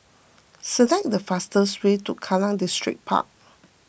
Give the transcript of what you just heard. select the fastest way to Kallang Distripark